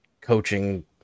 coaching